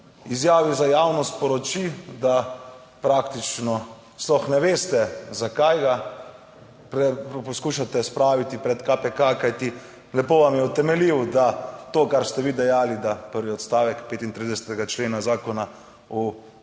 izjavi za javnost sporoči, da praktično sploh ne veste, zakaj ga poskušate spraviti pred KPK. Kajti, lepo vam je utemeljil, da to kar ste vi dejali, da prvi odstavek 35. člena Zakona o